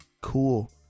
Cool